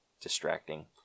distracting